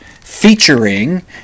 Featuring